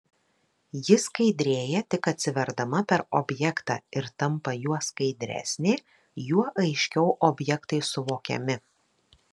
ji skaidrėja tik atsiverdama per objektą ir tampa juo skaidresnė juo aiškiau objektai suvokiami